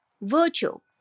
virtual